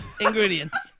ingredients